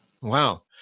Wow